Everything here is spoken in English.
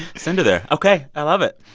send her there. ok. i love it.